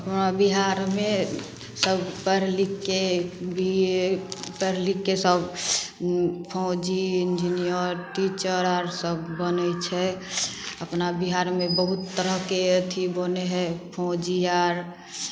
हमरा बिहारमे सभ पढ़ि लिखिके बी ए पढ़ि लिखिके सभ फौजी इन्जीनियर टीचर आर सब बनै छै अपना बिहारमे बहुत तरहके अथी बनै हइ फौजी आर